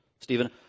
Stephen